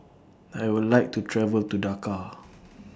I Would like to travel to Dakar